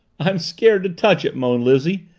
i'm scared to touch it! moaned lizzie.